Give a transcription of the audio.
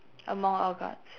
among our guards